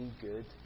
good